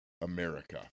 America